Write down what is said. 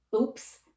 oops